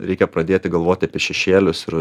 reikia pradėti galvoti apie šešėlius ir